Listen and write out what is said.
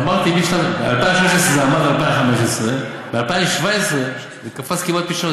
אמרתי: משנת 2013 זה היה 215. ב-2017 זה קפץ כמעט פי שלושה,